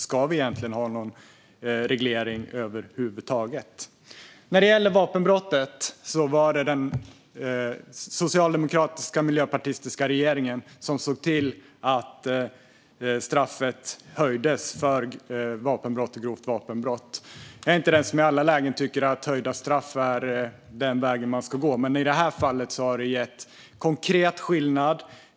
Ska vi ha någon reglering över huvud taget? När det gäller vapenbrottet var det den socialdemokratiska och miljöpartistiska regeringen som såg till att straffet höjdes för vapenbrott och grovt vapenbrott. Jag är inte den som i alla lägen tycker att höjda straff är den väg man ska gå. Men i det här fallet har det gjort konkret skillnad.